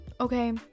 okay